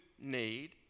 need